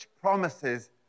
promises